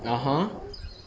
(uh huh)